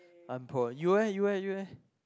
I'm poor you eh you eh you eh